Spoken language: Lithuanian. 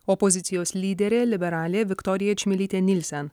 opozicijos lyderė liberalė viktorija čmilytė nilsen